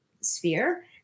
sphere